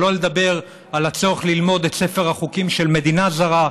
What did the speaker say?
שלא לדבר על הצורך ללמוד את ספר החוקים של מדינה זרה.